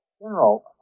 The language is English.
General